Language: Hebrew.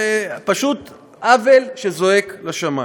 זה פשוט עוול שזועק לשמים.